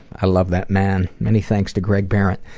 i love that man. many thanks to greg behrendt.